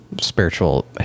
spiritual